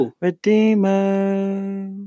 Redeemer